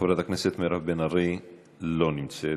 חברת הכנסת מירב בן ארי, לא נמצאת.